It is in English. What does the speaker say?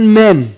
men